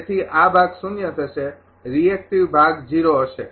તેથી આ ભાગ શૂન્ય થશે રિએક્ટિવ ભાગ હશે